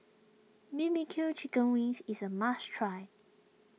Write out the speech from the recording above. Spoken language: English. B B Q Chicken Wings is a must try